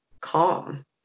calm